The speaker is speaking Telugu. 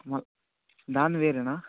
మళ్ళా దానిది వేరేనా